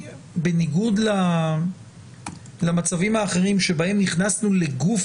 בניגוד למצבים האחרים שבהם הכנסנו לגוף